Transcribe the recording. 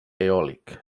eòlic